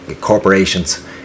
corporations